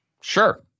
Sure